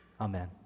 Amen